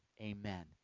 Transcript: amen